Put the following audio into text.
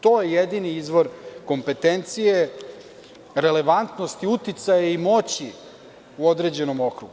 To je jedini izvor kompetencije, relevantnosti, uticaja i moći u određenom okrugu.